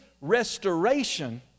restoration